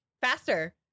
faster